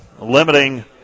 limiting